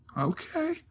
Okay